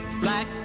Black